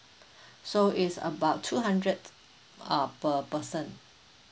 so it's about two hundred uh per person